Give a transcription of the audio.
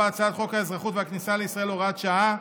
הצעת חוק האזרחות והכניסה לישראל (הוראת שעה),